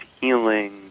healing